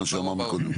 כל מה שאמרנו קודם.